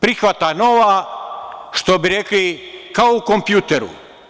Prihvata nova, što bi rekli, kao u kompjuteru.